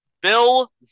Bill